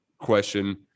question